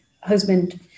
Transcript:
husband